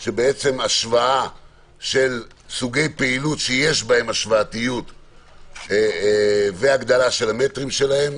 של השוואה של סוגי פעילות שיש בהם השוואתיות והגדלה של המטרים שלהם,